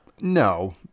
No